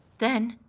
then,